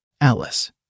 Alice